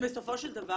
שבסופו של דבר